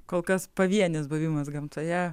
kol kas pavienis buvimas gamtoje